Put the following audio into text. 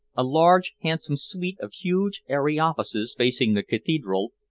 a large, handsome suite of huge, airy offices facing the cathedral,